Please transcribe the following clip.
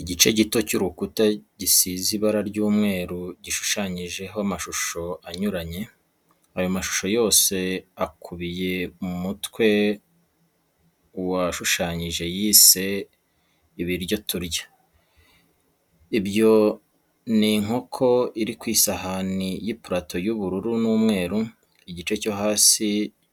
Igice gito cy'urukuta gisize ibara ry'umweru gishushanyijemo amashusho anyuranye. Ayo mashusho yose akubiye mu mutwe uwashushanyise yise, ibiryo turya. Ibyo ni inkoko iri ku isahani y'ipulato y'ubururu n'umweru, igice cyo hasi